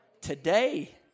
today